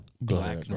Black